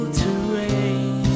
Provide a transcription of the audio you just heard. terrain